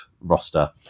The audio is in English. roster